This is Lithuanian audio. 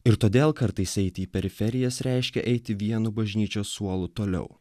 ir todėl kartais eiti į periferijas reiškia eiti vienu bažnyčios suolu toliau